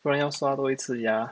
不然要刷多一次牙